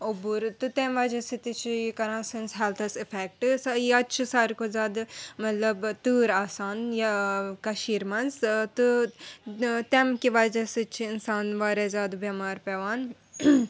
اوٚبُر تہٕ تَمہِ وَجہ سۭتۍ تہِ چھُ یہِ کَران سٲنِس ہٮ۪لتھَس اِفٮ۪کٹ یَتہِ چھِ ساروی کھۄتہٕ زیادٕ مطلب تۭر آسان کٔشیٖر مَنٛز تہٕ تَمہِ کہِ وَجہ سۭتۍ چھِ اِنسان وارِیاہ زیادٕ بٮ۪مار پٮ۪وان